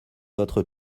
votre